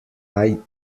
eye